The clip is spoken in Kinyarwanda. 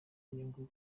inyungu